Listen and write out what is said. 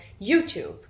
YouTube